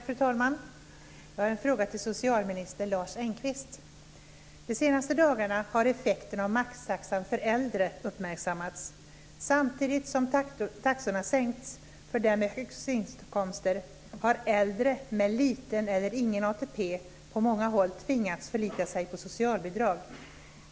Fru talman! Jag har en fråga till socialminister Lars Engqvist. De senaste dagarna har effekterna av maxtaxan för äldre uppmärksammats. Samtidigt som taxorna sänkts för dem med högst inkomster har äldre med liten eller ingen ATP på många håll tvingats förlita sig på socialbidrag.